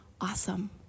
awesome